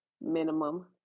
minimum